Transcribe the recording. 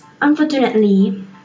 Unfortunately